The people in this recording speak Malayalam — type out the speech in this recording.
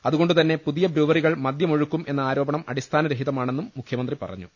അതുകൊണ്ടുതന്നെ പുതിയ ബ്രൂവറികൾ മദ്യമൊഴുക്കും എന്ന ആരോപണം അടിസ്ഥാന രഹിതമാണെന്ന് മുഖ്യമന്ത്രി പറഞ്ഞു